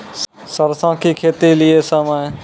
सरसों की खेती के लिए समय?